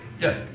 Yes